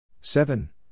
seven